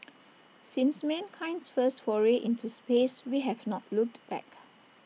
since mankind's first foray into space we have not looked back